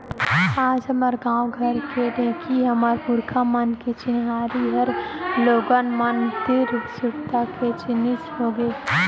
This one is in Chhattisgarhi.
आज हमर गॉंव घर के ढेंकी हमर पुरखा मन के चिन्हारी हर लोगन मन तीर सुरता के जिनिस होगे